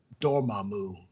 Dormammu